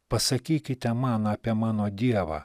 pasakykite man apie mano dievą